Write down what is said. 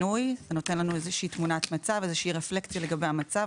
הנותן לנו איזושהי תמונת מצב ורפלקציה לגבי המצב.